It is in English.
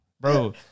bro